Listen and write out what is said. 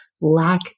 lack